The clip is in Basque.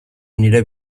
nire